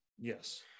Yes